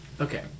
Okay